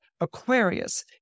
Aquarius